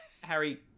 Harry